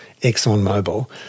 ExxonMobil